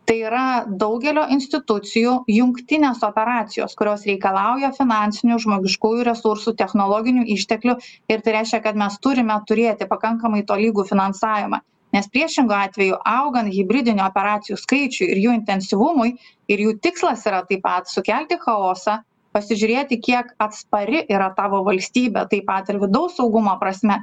tai yra daugelio institucijų jungtinės operacijos kurios reikalauja finansinių žmogiškųjų resursų technologinių išteklių ir tai reiškia kad mes turime turėti pakankamai tolygų finansavimą nes priešingu atveju augant hibridinių operacijų skaičiui ir jų intensyvumui ir jų tikslas yra taip pat sukelti chaosą pasižiūrėti kiek atspari yra tavo valstybė taip pat ir vidaus saugumo prasme